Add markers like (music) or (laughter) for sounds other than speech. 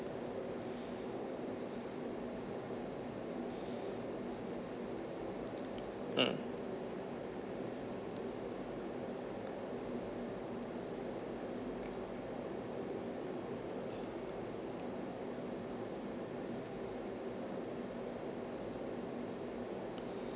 (breath) mm